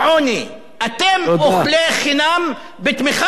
אתם אוכלי חינם בתמיכת ראש הממשלה.